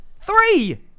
Three